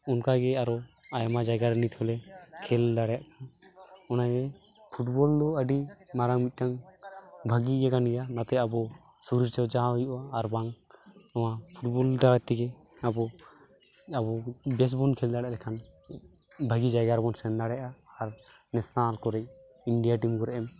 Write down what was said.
ᱚᱱᱠᱟᱜᱮ ᱟᱨᱚ ᱟᱭᱢᱟ ᱡᱟᱭᱜᱟ ᱨᱮ ᱱᱤᱛ ᱦᱚᱸᱞᱮ ᱠᱷᱮᱞ ᱫᱟᱲᱮᱭᱟᱜ ᱠᱟᱱᱟ ᱚᱱᱟᱜᱮ ᱯᱷᱩᱴᱵᱚᱞ ᱫᱚ ᱟᱹᱰᱤ ᱢᱟᱨᱟᱝ ᱢᱤᱜᱴᱟᱝ ᱵᱷᱟᱜᱤ ᱤᱭᱟᱹ ᱠᱟᱱᱜᱮᱭᱟ ᱚᱱᱟᱛᱮ ᱟᱵᱚ ᱥᱚᱨᱤᱨ ᱪᱚᱨᱪᱟ ᱦᱚᱸ ᱦᱩᱭᱩᱜᱼᱟ ᱟᱨᱵᱟᱝ ᱱᱚᱣᱟ ᱯᱷᱩᱴᱵᱚᱞ ᱫᱟᱨᱟᱡᱽ ᱛᱮᱜᱮ ᱟᱵᱚ ᱟᱵᱚ ᱵᱮᱥ ᱵᱚᱱ ᱠᱷᱮᱞ ᱫᱟᱲᱮᱭᱟᱜ ᱞᱮᱠᱷᱟᱱ ᱵᱷᱟᱜᱤ ᱡᱟᱭᱜᱟ ᱨᱮᱵᱚᱱ ᱥᱮᱱ ᱫᱟᱲᱮᱭᱟᱜᱼᱟ ᱟᱨ ᱱᱮᱥᱱᱟᱞ ᱠᱚᱨᱮ ᱤᱱᱰᱤᱭᱟ ᱴᱤᱢ ᱠᱚᱨᱮ